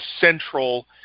central